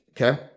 Okay